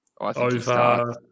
Over